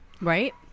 Right